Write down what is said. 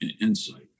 insight